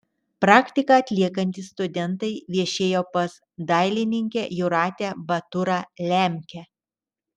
praktiką atliekantys studentai viešėjo pas dailininkę jūratę baturą lemkę